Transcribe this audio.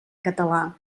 català